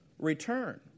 return